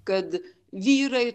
kad vyrai